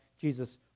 Jesus